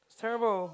terrible